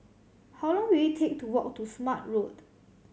how long will it take to walk to Smart Road